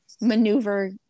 maneuver